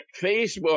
Facebook